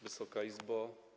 Wysoka Izbo!